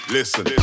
Listen